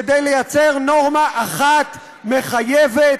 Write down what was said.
כדי לייצר נורמה אחת מחייבת,